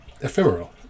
ephemeral